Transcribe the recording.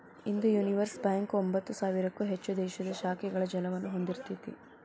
ಇಂದು Union Bank ಒಂಭತ್ತು ಸಾವಿರಕ್ಕೂ ಹೆಚ್ಚು ದೇಶೇ ಶಾಖೆಗಳ ಜಾಲವನ್ನ ಹೊಂದಿಇರ್ತೆತಿ